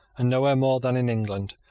and nowhere more than in england,